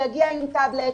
שיגיע עם טבלט,